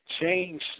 change